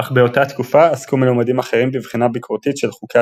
אך באותה תקופה עסקו מלומדים אחרים בבחינה ביקורתית של חוקי